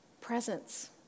presence